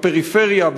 בפריפריה,